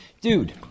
dude